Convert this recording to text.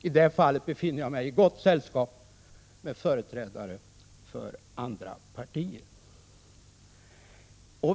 I det fallet befinner jag mig i gott sällskap med företrädare för andra partier.